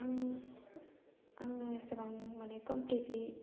आं आङो एसेबां माने कमप्लिटलि